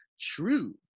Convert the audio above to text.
True